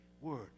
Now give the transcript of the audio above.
word